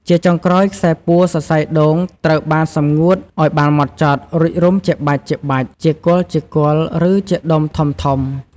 ជាចុងក្រោយ ខ្សែពួរសរសៃដូងត្រូវបានសម្ងួតឱ្យបានហ្មត់ចត់ រួចរុំជាបាច់ៗ ជាគល់ៗ ឬជាដុំធំៗ។